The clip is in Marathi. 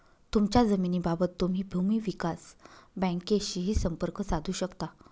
तुमच्या जमिनीबाबत तुम्ही भूमी विकास बँकेशीही संपर्क साधू शकता